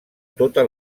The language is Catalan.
tota